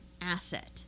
asset